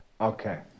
okay